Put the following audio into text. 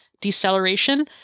deceleration